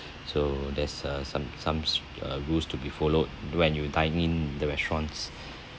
so there's a some some uh rules to be followed when you dining in the restaurants